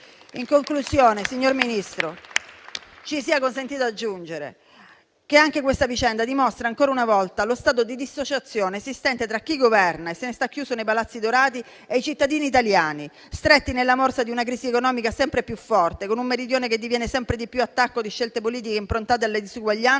In conclusione, signor Ministro, ci sia consentito aggiungere che anche questa vicenda dimostra ancora una volta lo stato di dissociazione esistente tra chi governa e se ne sta chiuso nei palazzi dorati e i cittadini italiani, stretti nella morsa di una crisi economica sempre più forte, con un Meridione che diviene sempre di più attacco di scelte politiche improntate alla disuguaglianza